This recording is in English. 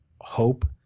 hope